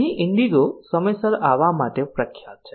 અહીં ઈન્ડિગો સમયસર આવવા માટે પ્રખ્યાત છે